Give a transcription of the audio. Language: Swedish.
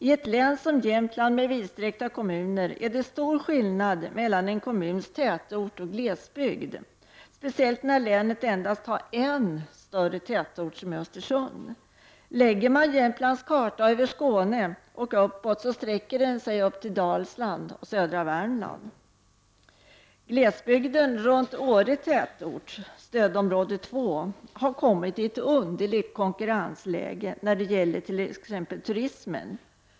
I ett län som Jämtland, med vidsträckta kommuner, är det stor skillnad melan en kommuns tätort och glesbygd, speciellt när länet endast har en större tätort, som i fråga om Östersund. Lägger man Jämtlands karta över Skåne och uppåt sträcker den sig upp till Dalsland och södra Värmland. Glesbygden runt Åre tätort, stödområde 2, har kommit i ett underligt konkurrensläge när det t.ex. gäller turismen.